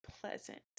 pleasant